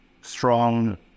strong